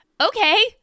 Okay